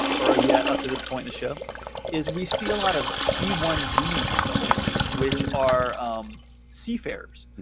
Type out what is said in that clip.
or ah yet, up to this point in the show is we see a lot of c one d visa holders which are seafarers.